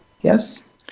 Yes